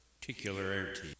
particularity